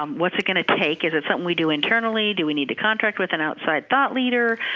um what is it going to take? is it something we do internally? do we need to contract with an outside thought leader?